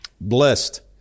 Blessed